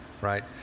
right